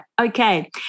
Okay